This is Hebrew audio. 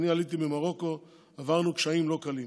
אני עליתי ממרוקו, עברנו קשיים לא קלים: